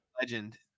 legend